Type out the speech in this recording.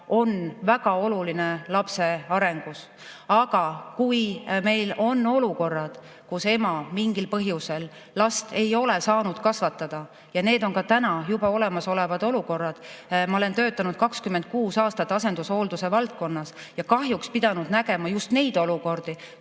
on väga oluline lapse arengus. Aga meil on ka olukorrad, kus naine mingil põhjusel last ei ole saanud kasvatada, ja need on täna juba olemasolevad olukorrad. Ma olen töötanud 26 aastat asendushoolduse valdkonnas ja kahjuks pidanud nägema ka olukordi,